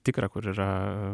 tikra kur yra